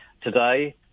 today